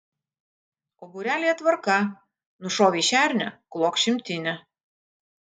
o būrelyje tvarka nušovei šernę klok šimtinę